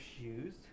shoes